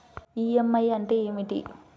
EMI అంటే ఏమిటి?